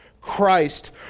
Christ